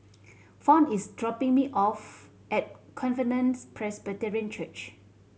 Fount is dropping me off at Covenants Presbyterian Church